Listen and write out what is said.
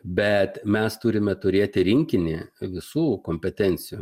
bet mes turime turėti rinkinį visų kompetencijų